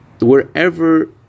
Wherever